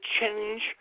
change